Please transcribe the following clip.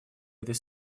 этой